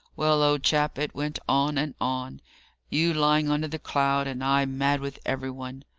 well, old chap, it went on and on you lying under the cloud, and i mad with every one.